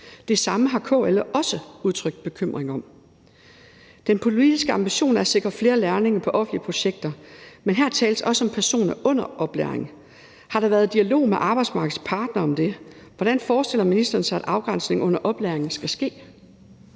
Det samme har KL også udtrykt bekymring om. Den politiske ambition er at sikre flere lærlinge på offentlige projekter, men her tales også om personer under oplæring. Har der været dialog med arbejdsmarkedets parter om det? Hvordan forestiller ministeren sig at afgrænsningen under oplæring skal ske?